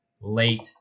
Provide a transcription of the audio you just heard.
late